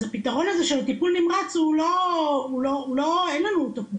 אז הפתרון של טיפול נמרץ אין לנו אותו פה